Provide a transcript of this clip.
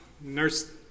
nurse